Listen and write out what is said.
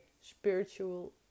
spiritual